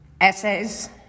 essays